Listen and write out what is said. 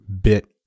bit